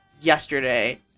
yesterday